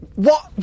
What-